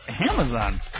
amazon